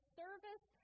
service